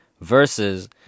Versus